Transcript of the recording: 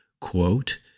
Quote